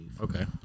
Okay